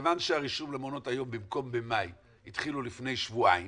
מכיוון שהרישום למעונות היום במקום במאי התחילו לפני שבועיים